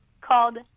called